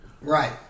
Right